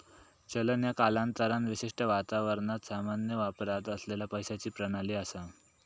चलन ह्या कालांतरान विशिष्ट वातावरणात सामान्य वापरात असलेला पैशाची प्रणाली असा